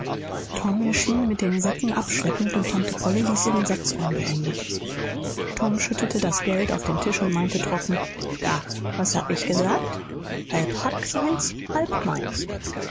tom erschien sich mit den säcken abschleppend und tante polly ließ ihren satz unbeendet tom schüttete das geld auf den tisch und meinte trocken da was hab ich gesagt halb huck seins halb meins